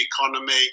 economy